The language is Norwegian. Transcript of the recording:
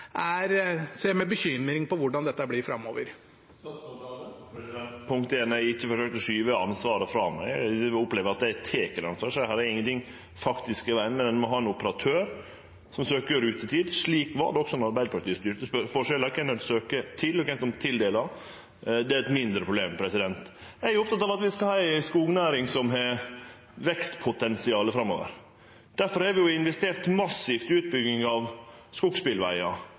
ser med bekymring på hvordan dette blir framover. Eg har ikkje forsøkt å skyve ansvaret frå meg. Eg opplever at eg tek ansvar. Men ein må ha ein operatør som søkjer om køyretid. Slik var det også då Arbeidarpartiet styrte. Forskjellen er kven ein søkjer til, og kven som tildeler. Det er eit mindre problem. Eg er oppteken av at vi skal ha ei skognæring som har vekstpotensial framover. Difor er det investert massivt i utbygging av skogsbilvegar,